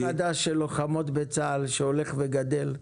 דור חדש של לוחמות בצה"ל שהולך וגדל.